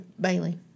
Bailey